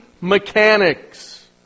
mechanics